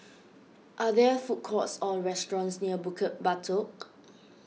are there food courts or restaurants near Bukit Batok